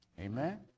amen